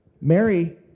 Mary